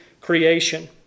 creation